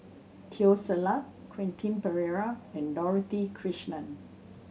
Teo Ser Luck Quentin Pereira and Dorothy Krishnan